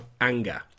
anger